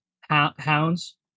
Hounds